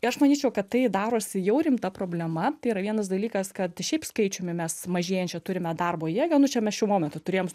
aš manyčiau kad tai darosi jau rimta problema tai yra vienas dalykas kad šiaip skaičiumi mes mažėjančią turime darbo jėgą nu čia mes šiuo momentu turėjom